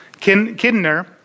Kidner